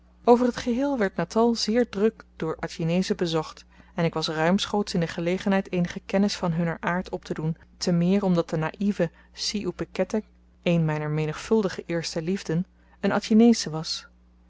over t geheel werd natal zeer druk door atjinezen bezocht en ik was ruimschoots in de gelegenheid eenige kennis van hunnen aard optedoen te meer omdat de naïve si oepi keteh een myner menigvuldige eerste liefden n atjinesche was